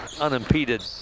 unimpeded